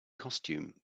costume